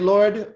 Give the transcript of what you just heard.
Lord